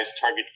target